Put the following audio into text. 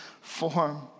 form